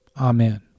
Amen